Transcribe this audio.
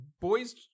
boys